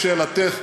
לשאלתך,